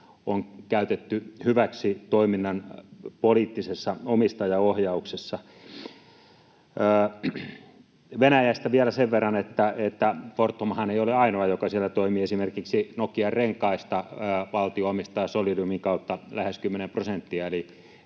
on käytetty hyväksi toiminnan poliittisessa omistajaohjauksessa? Venäjästä vielä sen verran, että Fortumhan ei ole ainoa, joka siellä toimii. Esimerkiksi Nokian Renkaista valtio omistaa Solidiumin kautta lähes kymmenen prosenttia,